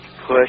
push